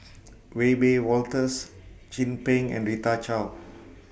Wiebe Wolters Chin Peng and Rita Chao